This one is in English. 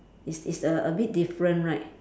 it's it's a a bit different right